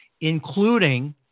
including